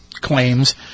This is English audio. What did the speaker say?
claims